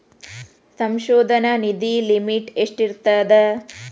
ಸಂಶೋಧನಾ ನಿಧಿ ಲಿಮಿಟ್ ಎಷ್ಟಿರ್ಥದ